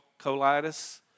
colitis